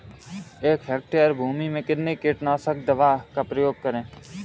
एक हेक्टेयर भूमि में कितनी कीटनाशक दवा का प्रयोग करें?